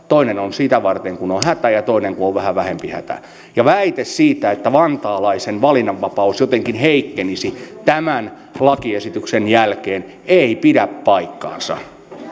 toinen on sitä varten kun on hätä ja toinen kun on vähän vähempi hätä ja väite siitä että vantaalaisen valinnanvapaus jotenkin heikkenisi tämän lakiesityksen jälkeen ei pidä paikkaansa